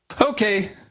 okay